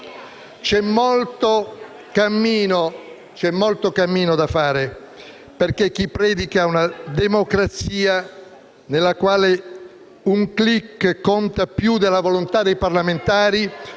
C'è molto cammino da fare perché chi predica una democrazia nella quale un *clic* conta più della volontà dei parlamentari